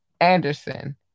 Anderson